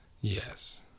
yes